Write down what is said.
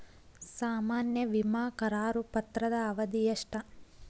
ಸಾಮಾನ್ಯ ವಿಮಾ ಕರಾರು ಪತ್ರದ ಅವಧಿ ಎಷ್ಟ?